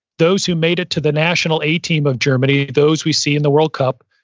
those who made it to the national a team of germany, those we see in the world cup,